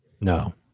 No